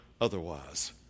Otherwise